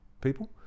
people